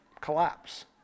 collapse